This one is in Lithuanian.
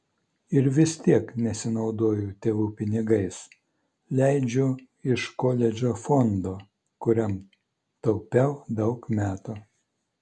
ir vis tiek nesinaudoju tėvų pinigais leidžiu iš koledžo fondo kuriam taupiau daug metų